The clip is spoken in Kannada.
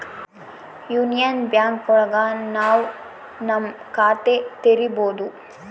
ಯೂನಿಯನ್ ಬ್ಯಾಂಕ್ ಒಳಗ ನಾವ್ ನಮ್ ಖಾತೆ ತೆರಿಬೋದು